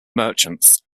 merchants